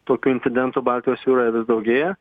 tokių incidentų baltijos jūroje vis daugėja